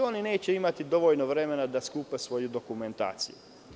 Građani neće imati dovoljno vremena da skupe svoju dokumentaciju.